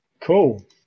Cool